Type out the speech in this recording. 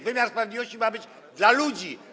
Wymiar sprawiedliwości ma być dla ludzi.